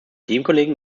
teamkollegen